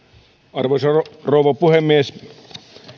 arvoisa rouva puhemies